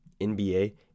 NBA